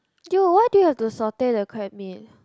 you what do you have to satay the crab meat